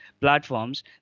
platforms